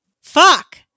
Fuck